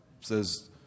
says